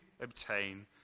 obtain